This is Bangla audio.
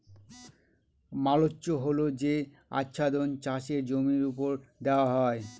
মালচ্য হল যে আচ্ছাদন চাষের জমির ওপর দেওয়া হয়